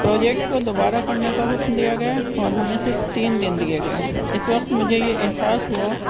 project کو دوبارہ کرنے کا حکم دیا گیا اور ہمیں صرف تین دن دیے گئے اس وقت مجھے یہ احساس ہوا